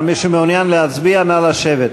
אבל מי שמעוניין להצביע נא לשבת.